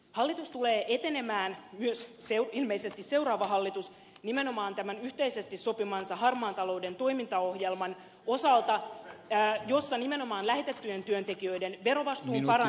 hallitus tulee etenemään ilmeisesti myös seuraava hallitus nimenomaan tämän yhteisesti sopimansa harmaan talouden toimintaohjelman osalta jossa nimenomaan lähetettyjen työntekijöiden verovastuun parantaminen on esillä